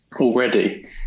already